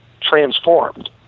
transformed